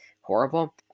horrible